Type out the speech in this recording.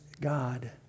God